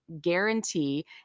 guarantee